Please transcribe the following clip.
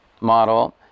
model